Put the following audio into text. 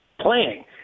playing